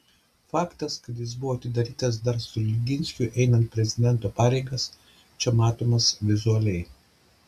faktas kad jis buvo atidarytas dar stulginskiui einant prezidento pareigas čia matomas vizualiai